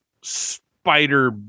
Spider